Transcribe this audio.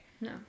No